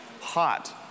hot